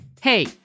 Hey